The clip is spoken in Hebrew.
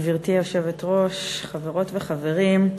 גברתי היושבת-ראש, חברות וחברים,